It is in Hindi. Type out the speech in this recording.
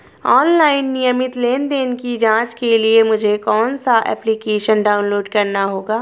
ऑनलाइन नियमित लेनदेन की जांच के लिए मुझे कौनसा एप्लिकेशन डाउनलोड करना होगा?